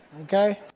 okay